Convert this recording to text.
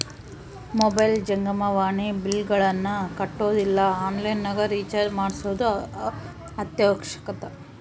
mobile ಜಂಗಮವಾಣಿ ಬಿಲ್ಲ್ಗಳನ್ನ ಕಟ್ಟೊದು ಇಲ್ಲ ಆನ್ಲೈನ್ ನಗ ರಿಚಾರ್ಜ್ ಮಾಡ್ಸೊದು ಅತ್ಯವಶ್ಯಕ